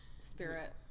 Spirit